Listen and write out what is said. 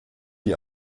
die